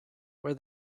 were